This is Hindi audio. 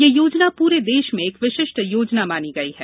यह योजना पूरे देश में एक विशिष्टि योजना मानी गयी है